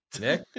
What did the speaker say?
Nick